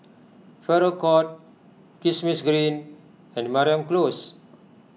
Farrer Court Kismis Green and Mariam Close